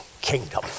kingdom